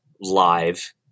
live